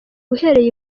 uhereye